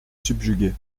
subjuguer